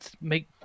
make